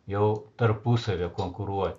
jau tarpusavyje konkuruo